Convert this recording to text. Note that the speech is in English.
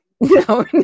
No